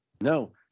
No